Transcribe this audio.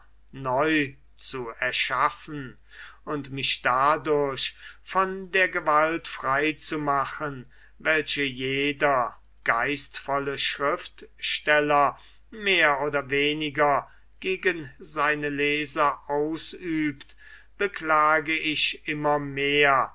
neu zu erschaffen und mich dadurch von der gewalt frei zu machen welche jeder geistvolle schriftsteller mehr oder weniger gegen seine leser ausübt beklage ich immer mehr